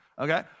okay